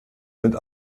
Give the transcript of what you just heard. sind